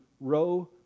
row